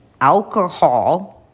alcohol